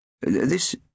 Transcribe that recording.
This